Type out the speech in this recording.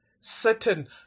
certain